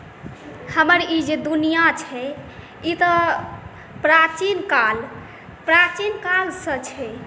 हमर ई जे दुनिआ छै ई तऽ प्राचीन काल प्राचीन कालसँ छै